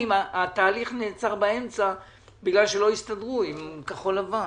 התהליך נעצר באמצע בגלל שלא הסתדרו עם כחול לבן,